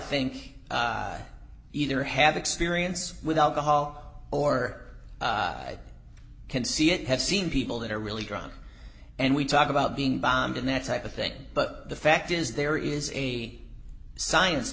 think i either have experience with alcohol or i can see it have seen people that are really drunk and we talk about being bombed and that type of thing but the fact is there is a science